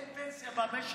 אין פנסיה במשק.